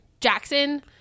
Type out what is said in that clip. Jackson